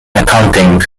accounting